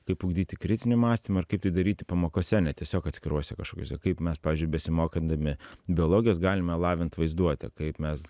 kaip ugdyti kritinį mąstymą ir kaip tai daryti pamokose ne tiesiog atskiruose kažkokiuose kaip mes pavyzdžiui besimokydami biologijos galime lavint vaizduotę kaip mes